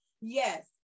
yes